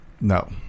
No